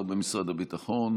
ישיב השר במשרד הביטחון